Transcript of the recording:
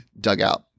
dugout